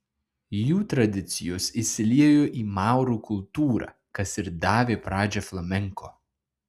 jų tradicijos įsiliejo į maurų kultūrą kas ir davė pradžią flamenko